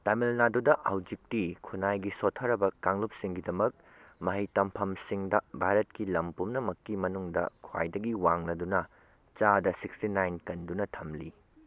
ꯇꯥꯃꯤꯜ ꯅꯥꯗꯨꯗ ꯍꯧꯖꯤꯛꯇꯤ ꯈꯨꯟꯅꯥꯏꯒꯤ ꯁꯣꯠꯊꯔꯕ ꯀꯥꯡꯂꯨꯞꯁꯤꯡꯒꯤꯗꯃꯛ ꯃꯍꯩ ꯇꯝꯐꯝꯁꯤꯡꯗ ꯚꯥꯔꯠꯀꯤ ꯂꯝ ꯄꯨꯝꯅꯃꯛꯀꯤ ꯃꯅꯨꯡꯗ ꯈ꯭ꯋꯥꯏꯗꯒꯤ ꯋꯥꯡꯂꯗꯨꯅ ꯆꯥꯗ ꯁꯤꯛꯁꯇꯤꯟ ꯅꯥꯏꯟ ꯀꯟꯗꯨꯅ ꯊꯝꯂꯤ